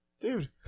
dude